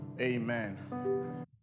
Amen